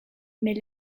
mais